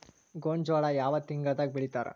ಗೋಂಜಾಳ ಯಾವ ತಿಂಗಳದಾಗ್ ಬೆಳಿತಾರ?